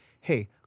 hey